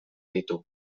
ditu